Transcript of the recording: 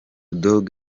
dogg